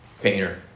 painter